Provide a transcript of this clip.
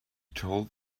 told